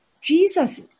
Jesus